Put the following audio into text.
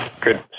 Good